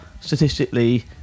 statistically